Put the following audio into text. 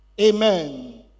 Amen